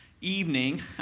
evening